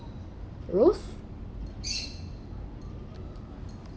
a wolf